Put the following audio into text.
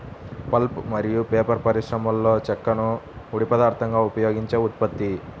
pulp మరియు paper పరిశ్రమలోచెక్కను ముడి పదార్థంగా ఉపయోగించే ఉత్పత్తి